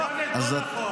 דוד, לא נכון.